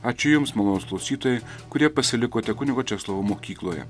ačiū jums malonūs klausytojai kurie pasilikote kunigo česlovo mokykloje